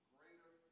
Greater